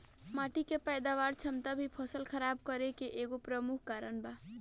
माटी के पैदावार क्षमता भी फसल खराब करे के एगो प्रमुख कारन बा